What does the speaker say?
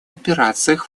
операциях